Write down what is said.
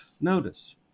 notice